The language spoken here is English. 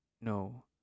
No